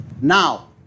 Now